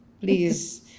Please